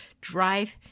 drive